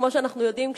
כמו שאנחנו יודעים,